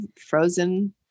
frozen